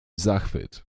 zachwyt